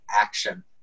action